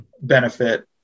benefit